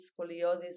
scoliosis